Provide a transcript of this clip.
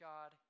God